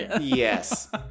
Yes